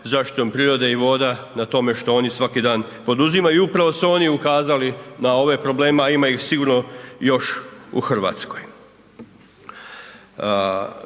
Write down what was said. zaštitom prirode i voda na tome što oni svaki dan poduzimaju i upravo su oni ukazali na ove probleme, a ima ih sigurno još u Hrvatskoj.